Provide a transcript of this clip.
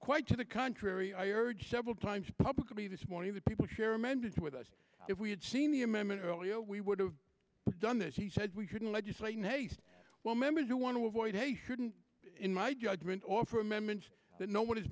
quite to the contrary i urge several times publicly this morning that people share amended with us if we had seen the amendment earlier we would have done this he said we couldn't legislate haste well members who want to avoid a third in my judgment offer amendments that no one has